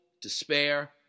despair